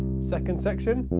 second section.